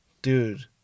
Dude